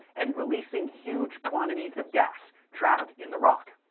and releasing huge quantities of gas trapped in the rock.